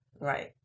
Right